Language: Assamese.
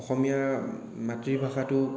অসমীয়া মাতৃভাষাটো